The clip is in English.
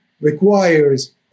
requires